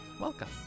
Welcome